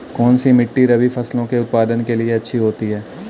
कौनसी मिट्टी रबी फसलों के उत्पादन के लिए अच्छी होती है?